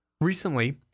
Recently